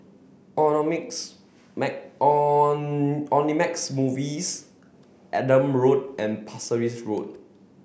Omnimax Movies Adam Road and Pasir Ris Road